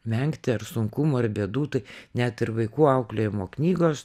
vengti ar sunkumų ar bėdų tai net ir vaikų auklėjimo knygos